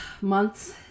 months